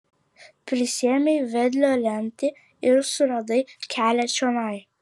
prisiėmei vedlio lemtį ir suradai kelią čionai